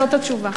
זאת התשובה.